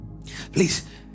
Please